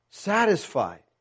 satisfied